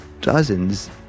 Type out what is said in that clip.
dozens